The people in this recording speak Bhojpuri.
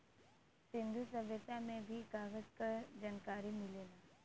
सिंन्धु सभ्यता में भी कागज क जनकारी मिलेला